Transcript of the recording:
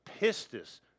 pistis